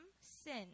sin